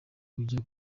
ujya